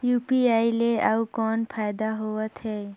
UPI ले अउ कौन फायदा होथ है?